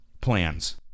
plans